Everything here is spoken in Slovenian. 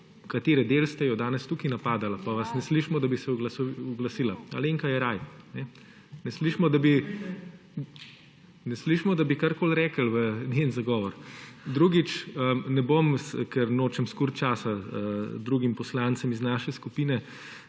katere del ste, jo je danes tukaj napadala, pa vas ne slišimo, da bi se oglasii – Alenka Jeraj, kajne. Ne slišimo, da bi karkoli rekli v njen zagovor. Drugič, ne bom, ker nočem skuriti časa drugim poslancem iz naše skupine,